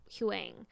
Huang